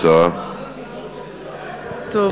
טוב,